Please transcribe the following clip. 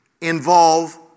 involve